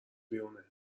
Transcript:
بیرونه